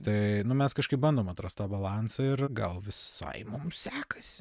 tai mes kažkaip bandom atrast tą balansą ir gal visai mums sekasi